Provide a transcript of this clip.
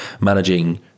managing